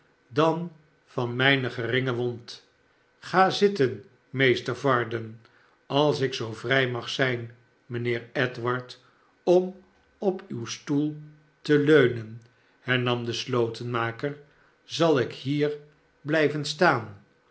dan van mijne geringe wond ga zitten meester varden als ik zoo vrij mag zijn mijnheer edward om op uw stoel te leunen hernam de slotenmaker zal ik hier blijven staan